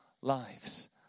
lives